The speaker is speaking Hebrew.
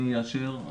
אני אאשר,